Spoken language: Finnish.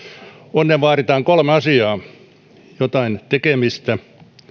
onneen vaaditaan kolme asiaa jotain tekemistä